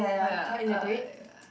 oh ya uh ya